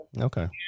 okay